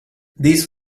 this